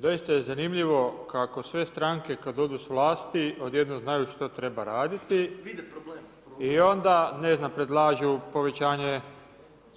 Doista je zanimljivo kako sve stranke kada odu s vlasti odjednom znaju što treba raditi i onda predlažu povećanje